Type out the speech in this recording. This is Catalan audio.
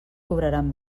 cobraran